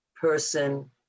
person